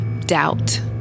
doubt